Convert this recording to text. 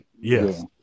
Yes